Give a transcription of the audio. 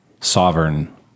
sovereign